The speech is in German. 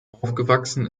aufgewachsen